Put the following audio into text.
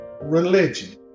religion